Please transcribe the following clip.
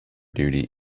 duty